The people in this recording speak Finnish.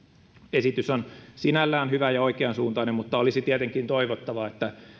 esitys on sinällään hyvä ja oikeansuuntainen mutta olisi tietenkin toivottavaa että